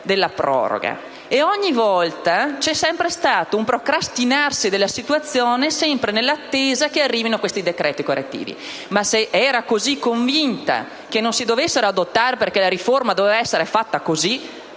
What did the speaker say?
della proroga: ogni volta c'è sempre stato un procrastinarsi della situazione, sempre nell'attesa che venissero questi decreti correttivi. Se era così convinta che non si dovessero adottare decreti correttivi, dal momento che la riforma doveva essere fatta così,